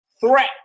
threat